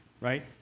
right